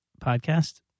podcast